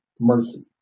mercy